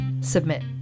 submit